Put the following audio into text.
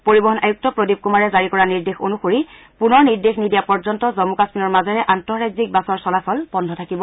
পৰিবহণ আয়ুক্ত প্ৰদীপ কুমাৰে জাৰি কৰা নিৰ্দেশ অনুসৰি পুনৰ নিৰ্দেশ নিদিয়াপৰ্যন্ত জম্মু কাশ্মীৰৰ মাজেৰে আন্তঃৰাজ্যিক বাছৰ চলাচল বন্ধ থাকিব